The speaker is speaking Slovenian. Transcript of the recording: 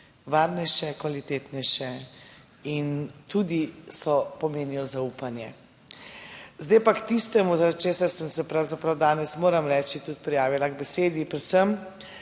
varnejše, kvalitetnejše in tudi pomenijo zaupanje. Zdaj pa k tistemu, zaradi česar sem se pravzaprav danes, moram reči, tudi prijavila k besedi. Predvsem